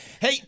hey